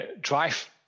drive